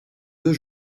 deux